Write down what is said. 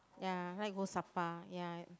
ya I like go Sapa ya